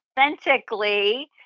authentically